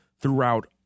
throughout